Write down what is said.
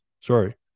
Sorry